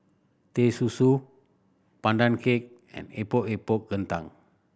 Teh Susu Pandan Cake and Epok Epok Kentang